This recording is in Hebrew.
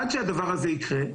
עד שהדבר הזה יקרה,